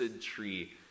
tree